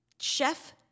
Chef